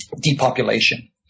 depopulation